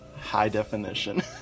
high-definition